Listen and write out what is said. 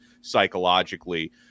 psychologically